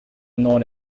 known